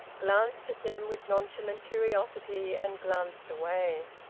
glanced at them with nonchalant curiosity, and glanced away.